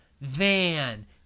Van